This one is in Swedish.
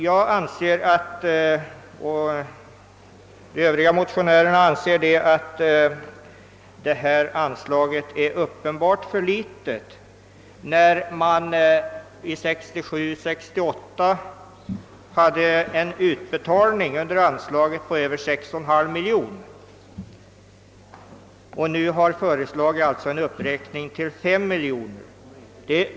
Jag och de övriga motionärerna anser att anslaget är alldeles för litet, eftersom utbetalningen under budgetåret 1967/68 uppgick till över 6,5 miljoner kronor och det nu föreslås en uppräkning till endast 5 miljoner kronor.